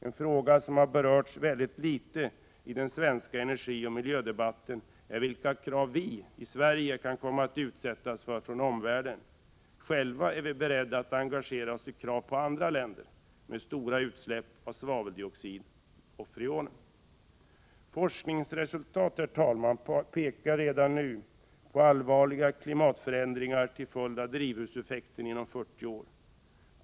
En fråga som har berörts väldigt litet i den svenska energioch miljödebatten är vilka krav omvärlden kan komma att utsätta oss i Sverige för. Själva är vi beredda att engagera oss i krav på länder med stora utsläpp av svaveldioxid och freoner. Forskningsresultat pekar redan nu på allvarliga klimatförändringar inom 40 år till följd av drivhuseffekten.